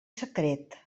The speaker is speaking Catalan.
secret